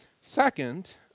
Second